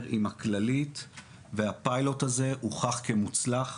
עם הכללית והפיילוט הזה הוכח כמוצלח,